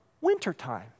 wintertime